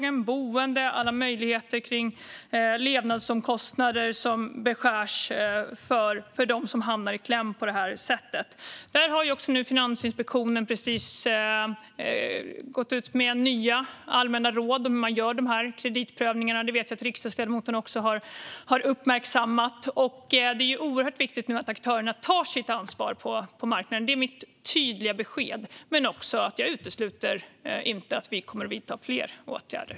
Den påverkar boende och alla möjligheter när det gäller levnadsomkostnader, som beskärs för dem som hamnar i kläm på det här sättet. Finansinspektionen har precis gått ut med nya allmänna råd om hur man gör dessa kreditprövningar; det vet jag att riksdagsledamoten har uppmärksammat. Det är nu oerhört viktigt att aktörerna tar sitt ansvar på marknaden - det är mitt tydliga besked. Jag utesluter heller inte att vi kommer att vidta fler åtgärder.